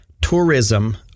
tourism